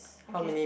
okay